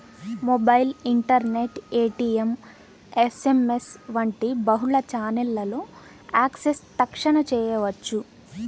mobile, internet, ATM, SMS వంటి బహుళ ఛానెల్లలో యాక్సెస్ తక్షణ చేయవచ్చు